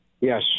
Yes